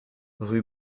rue